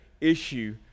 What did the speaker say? issue